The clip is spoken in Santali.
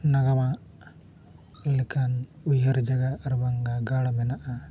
ᱱᱟᱣᱟ ᱞᱮᱠᱟᱱ ᱩᱭᱦᱟᱹᱨ ᱡᱟᱜᱟᱜ ᱟᱨᱵᱟᱝᱜᱟ ᱜᱟᱲ ᱢᱮᱱᱟᱜᱼᱟ